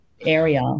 area